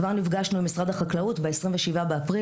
כבר נפגשנו עם משרד בחקלאות ב-27 באפריל.